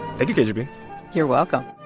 thank you, kgb yeah you're welcome